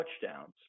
touchdowns